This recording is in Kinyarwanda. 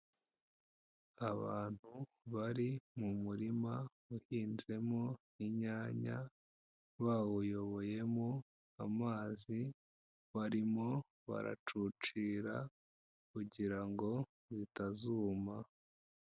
Abantu bari mu murima, uhinzemo inyanya, bawuyoboyemo amazi, barimo baracucira, kugira ngo, utazuma.